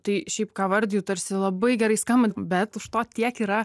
tai šiaip ką vardiju tarsi labai gerai skamba bet už to tiek yra